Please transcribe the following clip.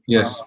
Yes